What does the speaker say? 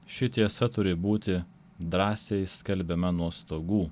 ši tiesa turi būti drąsiai skelbiama nuo stogų